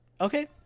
okay